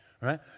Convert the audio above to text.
Right